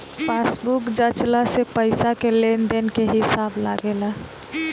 passbook जाँचला से पईसा के लेन देन के हिसाब लागेला